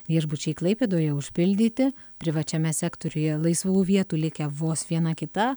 viešbučiai klaipėdoje užpildyti privačiame sektoriuje laisvų vietų likę vos viena kita